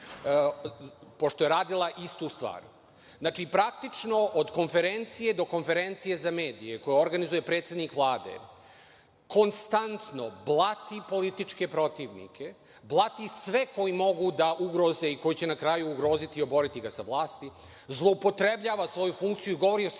pošto je uradila istu stvar. Znači, praktično od konferencije do konferencije za medije koje organizuje predsednik Vlade konstantno blati političke protivnike, blati sve koji mogu da ugroze i koji će na kraju ugroziti i oboriti ga sa vlasti, zloupotrebljava svoju funkciju, govori o stvarima